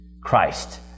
Christ